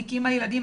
אני כאימא לילדים,